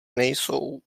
nejsou